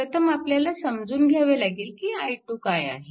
प्रथम आपल्याला समजून घ्यावे लागेल की i2 काय आहे